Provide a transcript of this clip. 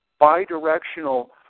bidirectional